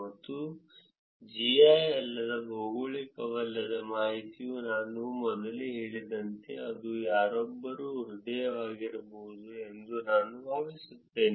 ಮತ್ತು GI ಅಲ್ಲದ ಭೌಗೋಳಿಕವಲ್ಲದ ಮಾಹಿತಿಯು ನಾನು ಮೊದಲೇ ಹೇಳಿದಂತೆ ಅದು ಯಾರೊಬ್ಬರ ಹೃದಯವಾಗಿರಬಹುದು ಎಂದು ನಾನು ಭಾವಿಸುತ್ತೇನೆ